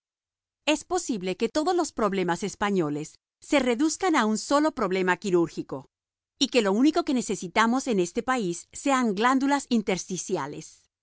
es posible que todos los problemas españoles se reduzcan a un solo problema quirúrgico y que lo único que necesitemos en este país sean glándulas intersticiales